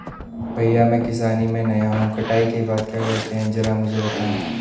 भैया मैं किसानी में नया हूं कटाई के बाद क्या करते हैं जरा मुझे बताएं?